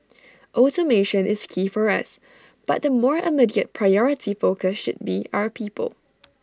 automation is key for us but the more immediate priority focus should be our people